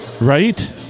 Right